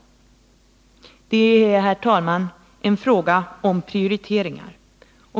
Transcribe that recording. Det är, herr talman, en fråga om prioriteringar.